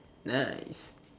nice